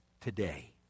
today